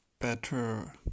better